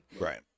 right